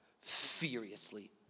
furiously